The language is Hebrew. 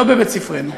לא בבית-ספרנו,